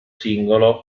singolo